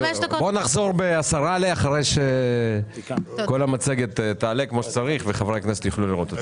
נחזור אחרי שהמצגת תעלה כמו שצריך וחברי הכנסת יוכלו לראות אותה.